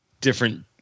different